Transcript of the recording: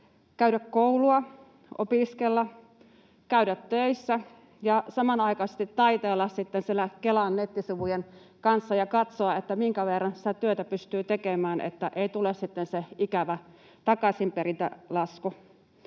käydä koulua, opiskella, käydä töissä ja samanaikaisesti taiteilla sitten siellä Kelan nettisivujen kanssa ja katsoa, että minkä verran sitä työtä pystyy tekemään, että ei tule sitten se ikävä takaisinperintälasku.